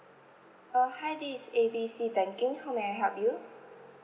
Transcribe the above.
uh hi this is A B C banking how may I help you